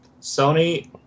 Sony